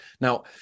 Now